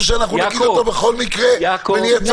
שאנחנו נגיד אותו בכל מקרה ונהיה צודקים.